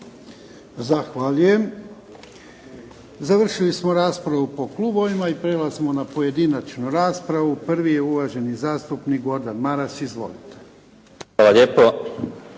Zahvaljujem. Završili smo raspravu po klubovima i prelazimo na pojedinačnu raspravu. Prvi je uvaženi zastupnik Gordan Maras. Izvolite. **Maras,